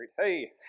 Hey